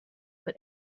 but